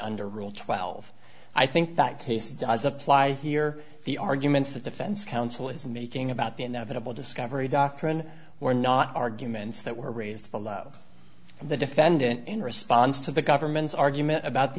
under rule twelve i think that case does apply here the arguments that defense counsel is making about the inevitable discovery doctrine were not arguments that were raised to love the defendant in response to the government's argument about the